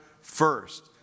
first